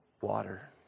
water